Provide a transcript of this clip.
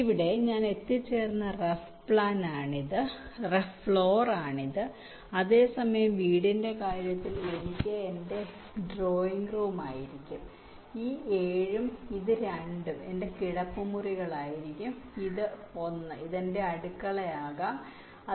ഇപ്പോൾ ഞാൻ എത്തിച്ചേർന്ന റഫ് ഫ്ലോർ ആണിത് അതേസമയം വീടിന്റെ കാര്യത്തിൽ എനിക്ക് ഈ 4 എന്റെ ഡ്രോയിംഗ് റൂം ആയിരിക്കും ഈ 7 ഉം ഇത് 2 ഉം എന്റെ കിടപ്പുമുറികൾ ആയിരിക്കും ഇത് 1 എന്റെ അടുക്കള ആകാം ഇങ്ങനെ